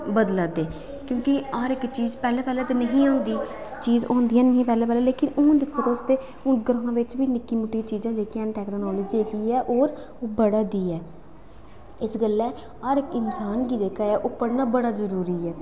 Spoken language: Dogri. बदला दे क्योंकि पैह्लें पैह्लें हर चीज़ ते नेईं ही होंदी होंदियां नेईं हियां क्योंकि हू'न दिक्खो तुस ते ग्रांऽ बिच बी नि'क्कियां मुट्टियां चीज़ां जेह्कियां टोक्नोलॉजी जेह्की ऐ ओह् होर बधा दी ऐ इस गल्ला हर इंसान गी जेह्का ऐ ओह् पढ़ना बड़ा जरूरी ऐ